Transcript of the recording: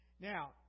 Now